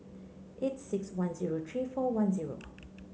eight six one zero three four one zero